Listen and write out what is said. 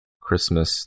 Christmas